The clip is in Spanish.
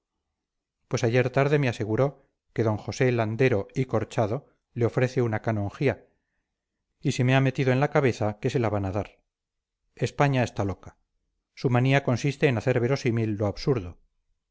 pues ayer tarde me aseguró que d josé landero y corchado le ofrece una canonjía y se me ha metido en la cabeza que se la van a dar españa está loca su manía consiste en hacer verosímil lo absurdo